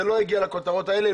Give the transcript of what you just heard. זה לא הגיע לכותרות האלה.